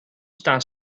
staan